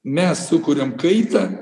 mes sukuriam kaitą